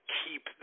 keep